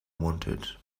wanted